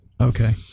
Okay